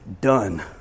done